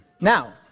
Now